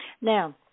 Now